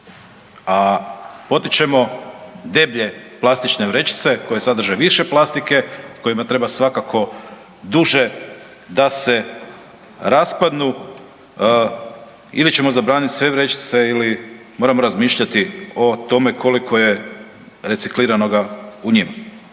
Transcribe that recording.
a potičemo deblje plastične vrećice koje sadrže više plastike, kojima treba svakako duže da se raspadnu, ili ćemo zabraniti sve vrećice ili moramo razmišljati o tome koliko je recikliranoga u njima.